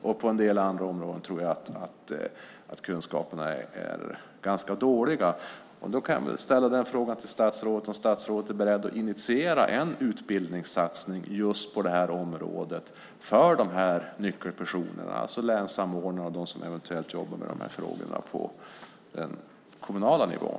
Men på en del andra områden tror jag att kunskaperna är ganska dåliga. Är statsrådet beredd att initiera en utbildningssatsning - just på det här området och då för nyckelpersonerna, alltså för länssamordnarna och dem som eventuellt jobbar med de här frågorna på den kommunala nivån?